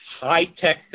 high-tech